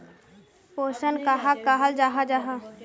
पोषण कहाक कहाल जाहा जाहा?